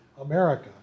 America